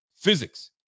physics